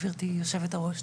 גברתי היושבת-ראש,